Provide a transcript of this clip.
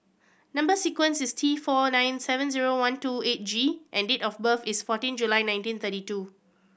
number sequence is T four nine seven zero one two eight G and date of birth is fourteen July nineteen thirty two